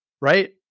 Right